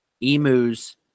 emus